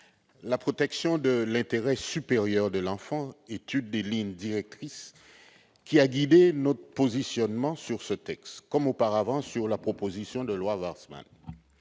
La protection de l'intérêt supérieur de l'enfant est une des lignes directrices qui ont guidé notre positionnement sur ce texte, comme auparavant lors de l'examen de la proposition de loi Warsmann.